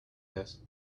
this